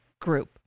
group